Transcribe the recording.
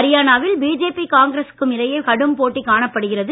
அரியானாவில் BJP காங்கிரசிற்கும் இடையெ கடும் போட்டி காணப்படுகிறது